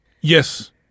yes